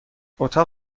اتاق